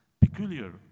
peculiar